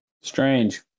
Strange